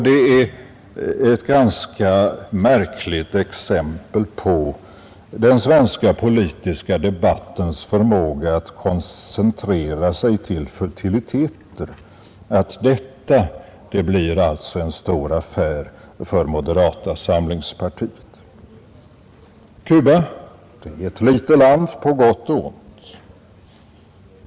Det är ett ganska märkligt exempel på den svenska politiska debattens förmåga att koncentrera sig till futiliteter att detta blir en stor affär för moderata samlingspartiet. Cuba är ett litet land på gott och ont.